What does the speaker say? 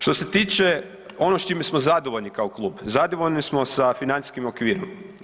Što se tiče ono s čime smo zadovoljni kao klub, zadovoljni smo sa financijskim okvirom.